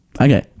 okay